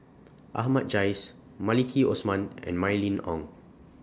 Ahmad Jais Maliki Osman and Mylene Ong